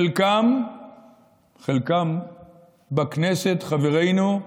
חלקם בכנסת, חברינו,